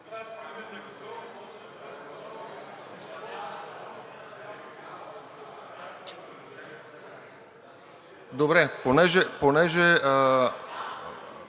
Добре, понеже